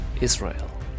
Israel